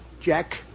Jack